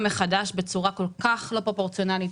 מחדש בצורה כל-כך לא פרופורציונאלית.